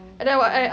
okay